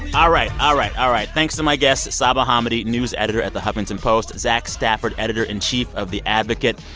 all right. all right. all right. thanks to my guests saba hamedy, news editor at the huffington post, zach stafford, editor-in-chief of the advocate.